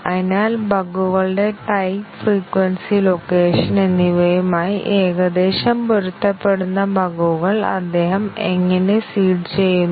അതിനാൽ ബഗുകളുടെ type frequency location എന്നിവയുമായി ഏകദേശം പൊരുത്തപ്പെടുന്ന ബഗ്ഗുകൾ അദ്ദേഹം എങ്ങനെ സീഡ് ചെയ്യുന്നു